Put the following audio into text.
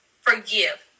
forgive